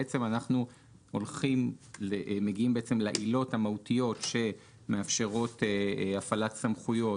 אנחנו בעצם מגיעים לעילות המהותיות שמאפשרות הפעלת סמכויות,